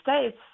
States